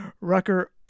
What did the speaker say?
Rucker